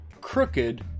crooked